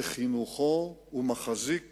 בחינוכו, מחזיק